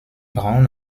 brown